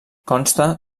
consta